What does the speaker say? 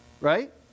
Right